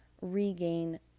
regain